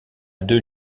deux